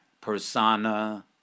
persona